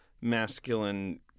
masculine